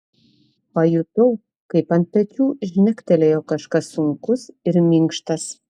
pajutau kaip ant pečių žnektelėjo kažkas sunkus ir minkštas